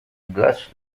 glace